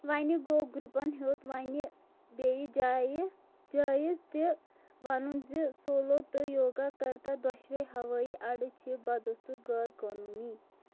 وونہِ گو٘و گرُپَن ہیوٚت وۄنہِ بیٚیہِ جایہِ جٲیِز تہِ ونُن زِ سولو تہٕ یوگا کرتا دۄشوَے ہوٲیی اَڈٕ چھِ بدَستوٗر غٲر قونوٗنی